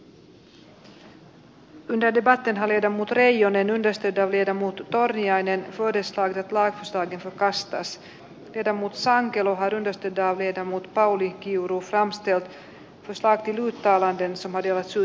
eduskunta edellyttää että hallitus selvittää mahdollisuudet tuen myöntämiseen osana maatilatalouden perusparannusavustusjärjestelmää maatilatalouden suunnitelmalliseen kiinteistönpitoon liittyvien laajarunkoisten rakennusten perusparannustoimien arvioimiseksi ja toteuttamiseksi tilanteissa joissa kustannus muodostuisi yksittäisen maaseutuelinkeinonharjoittajan toimeentulon kannalta kohtuuttomaksi